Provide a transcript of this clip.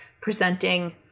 presenting